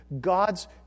God's